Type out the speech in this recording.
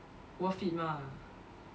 worth it [one]